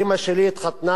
אמא שלי התחתנה,